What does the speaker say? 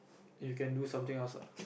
you can do something else ah